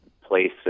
places